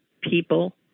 people